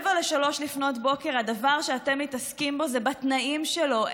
ב-02:45 הדבר שאתם מתעסקים בו זה התנאים שלו.